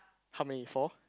how many four